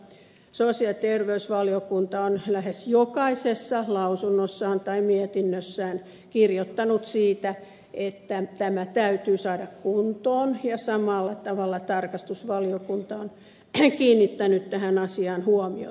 sosiaali ja terveysvaliokunta on lähes jokaisessa lausunnossaan tai mietinnössään kirjoittanut siitä että tämä täytyy saada kuntoon ja samalla tavalla tarkastusvaliokunta on kiinnittänyt tähän asiaan huomiota